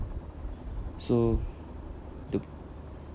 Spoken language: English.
so the